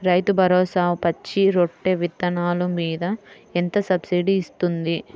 రైతు భరోసాలో పచ్చి రొట్టె విత్తనాలు మీద ఎంత సబ్సిడీ ఇస్తుంది?